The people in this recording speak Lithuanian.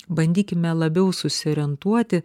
bandykime labiau susiorientuoti